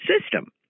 system